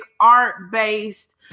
art-based